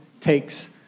takes